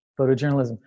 photojournalism